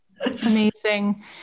Amazing